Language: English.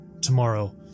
tomorrow